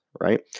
right